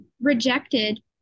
rejected